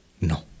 No